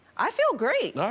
i feel great. all right.